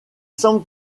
semble